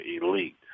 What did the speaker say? elite